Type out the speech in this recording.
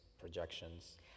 projections